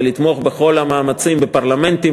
ולתמוך בכל המאמצים שנעשים בפרלמנטים